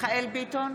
מיכאל מרדכי ביטון,